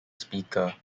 speaker